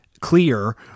clear